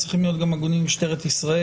צריכים להיות גם הגונים עם משטרת ישראל.